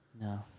No